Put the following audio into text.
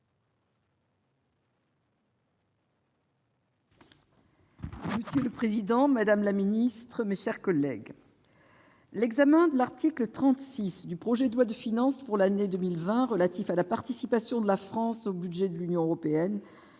Monsieur le président, madame la secrétaire d'État, mes chers collègues, l'examen de l'article 36 du projet de loi de finances pour 2020, relatif à la participation de la France au budget de l'Union européenne,